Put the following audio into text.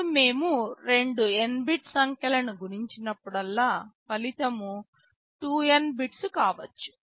ఇప్పుడు మేము రెండు n బిట్ సంఖ్యలను గుణించినప్పుడల్లా ఫలితం 2n బిట్స్ కావచ్చు